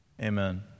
Amen